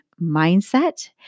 mindset